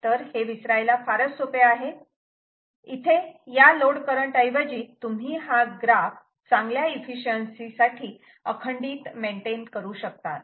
तेव्हा हे विसरायला फारच सोपे आहे इथे या लोड करंट ऐवजी तुम्ही हा ग्राफ चांगल्या एफिशिएन्सी साठी अखंडित मेंटेन करू शकतात